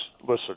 listen